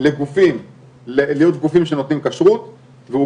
לגופים להיות גופים שנותנים כשרות והוא